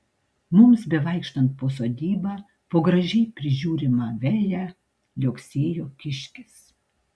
mums bevaikštant po sodybą po gražiai prižiūrimą veją liuoksėjo kiškis